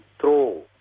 throw